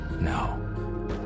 No